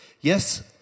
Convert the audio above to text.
Yes